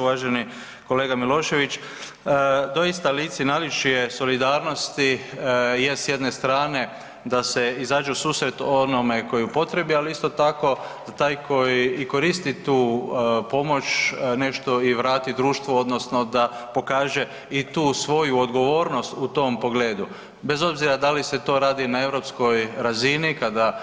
Uvaženi kolega Milošević doista lice i naličje solidarnosti je s jedne strane da se izađe u susret onome tko je u potrebi ali isto tako da taj koji koristi i tu pomoć nešto i vrati društvu odnosno da pokaže i tu svoju odgovornost u tom pogledu bez obzira da li se to radi na europskoj razini kada